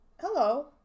Hello